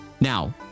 Now